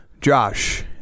josh